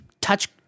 touch